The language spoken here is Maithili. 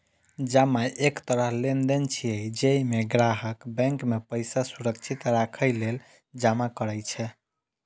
जमा एक तरह लेनदेन छियै, जइमे ग्राहक बैंक मे पैसा सुरक्षित राखै लेल जमा करै छै